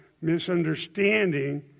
misunderstanding